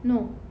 no